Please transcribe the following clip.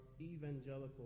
evangelical